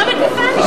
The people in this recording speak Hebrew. אל תטיפי לי,